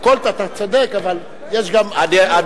הכול, אתה צודק, אבל יש גם אחריות.